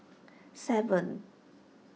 seven